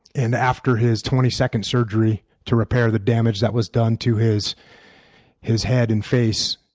and after his twenty second surgery to repair the damage that was done to his his head and face,